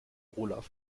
olaf